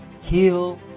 heal